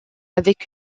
avec